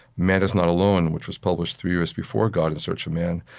man is not alone, which was published three years before god in search of man,